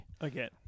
again